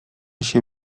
się